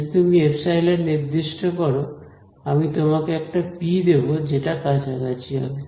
যদি তুমি এপসাইলন নির্দিষ্ট করো আমি তোমাকে একটা পি দেব যেটা কাছাকাছি হবে